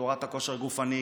ובתורת הכושר הגופני,